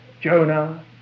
Jonah